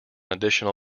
additional